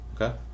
Okay